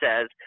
says